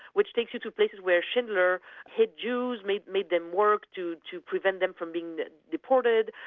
which takes you to places where schindler hid jews, made made them work to to prevent them from being deported,